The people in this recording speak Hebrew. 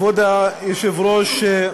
כבוד היושב-ראש,